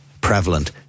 prevalent